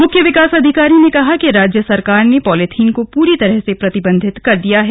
मुख्य विकास अधिकारी ने कहा कि राज्य सरकार ने पॉलीथीन को पूरी तरह से प्रतिबंधित कर दिया है